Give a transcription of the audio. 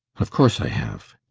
of course i have!